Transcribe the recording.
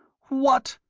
what!